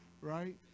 Right